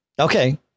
Okay